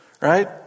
right